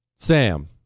Sam